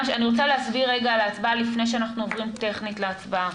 אני רוצה להסביר רגע על ההצבעה לפני שאנחנו עוברים טכנית להצבעה.